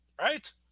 right